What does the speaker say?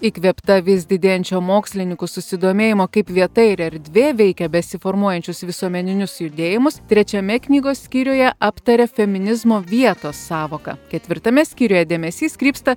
įkvėpta vis didėjančio mokslinykų susidomėjimo kaip vieta ir erdvė veikia besiformuojančius visuomeninius judėjimus trečiame knygos skyriuje aptaria feminizmo vietos sąvoką ketvirtame skyriuje dėmesys krypsta